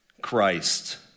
Christ